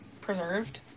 preserved